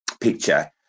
picture